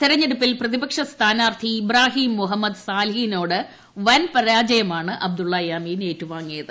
തെരഞ്ഞെടുപ്പിൽ പ്രതിപക്ഷ സ്ഥാനാർത്ഥി ഇബ്രാഹിം മുഹമ്മദ് സാലിഹിനോട് വൻ പരാജയമാണ് അബ്ദുള്ള യാമീൻ ഏറ്റുവാങ്ങിയത്